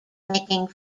making